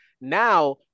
Now